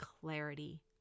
clarity